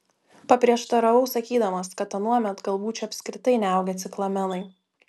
paprieštaravau sakydamas kad anuomet galbūt čia apskritai neaugę ciklamenai